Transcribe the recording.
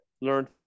learned